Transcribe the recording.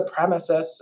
supremacists